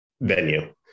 venue